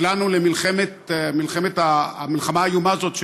נקלענו למלחמה האיומה הזאת,